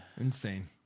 Insane